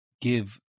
give